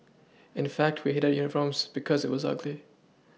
in fact we hated our uniforms because it was ugly